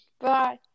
Bye